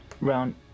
round